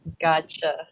Gotcha